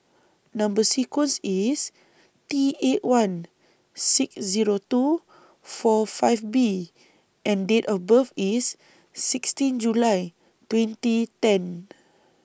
Number sequence IS T eight one six Zero two four five B and Date of birth IS sixteen July twenty ten